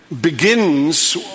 begins